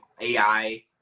AI